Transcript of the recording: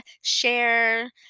share